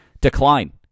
decline